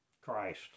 Christ